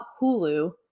Hulu